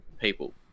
people